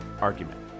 argument